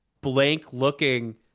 blank-looking